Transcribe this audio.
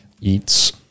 Eats